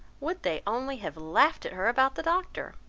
would they only have laughed at her about the doctor!